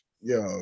Yo